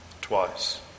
twice